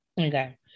Okay